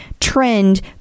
trend